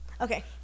okay